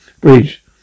bridge